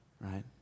Right